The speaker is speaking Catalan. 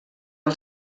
del